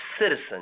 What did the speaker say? citizen